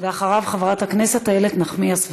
אחריו, חברת הכנסת איילת נחמיאס ורבין.